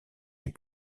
les